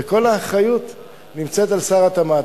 וכל האחריות נמצאת על שר התמ"ת.